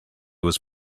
was